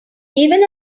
even